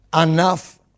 Enough